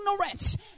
ignorance